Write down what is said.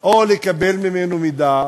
או לקבל ממנו מידע.